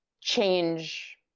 change